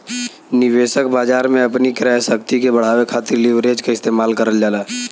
निवेशक बाजार में अपनी क्रय शक्ति के बढ़ावे खातिर लीवरेज क इस्तेमाल करल जाला